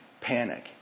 panic